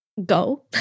Go